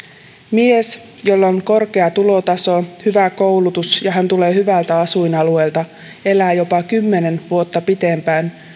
mies jolla on korkea tulotaso ja hyvä koulutus ja joka tulee hyvältä asuinalueelta elää jopa kymmenen vuotta pitempään